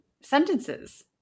sentences